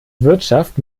wirtschaft